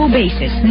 basis